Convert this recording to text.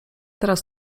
teraz